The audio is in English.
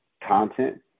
content